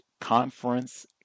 conference